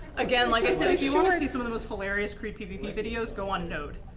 again, like i said, if you want to see some of those hilarious creed pvp videos, go on node.